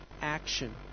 action